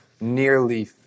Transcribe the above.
Nearly